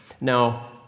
Now